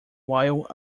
while